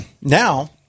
now